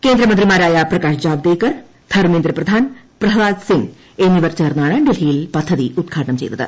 കേന്ദ്രമന്ത്രിമാരായ പ്രകാശ് ജാവദേക്കർ ധർമ്മേന്ദ്രിപ്പ്ര്യാൻ പ്രഹ്ലാദ് സിങ് എന്നിവർ ചേർന്നാണ് ഡൽഹിയിൽ പദ്ധത്തി ഉത്ഘാടനം ചെയ്തത്